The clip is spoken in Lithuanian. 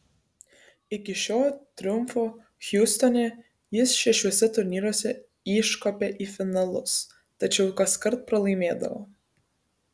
iki šio triumfo hjustone jis šešiuose turnyruose iškopė į finalus tačiau kaskart pralaimėdavo